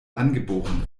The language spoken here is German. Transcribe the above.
angeboren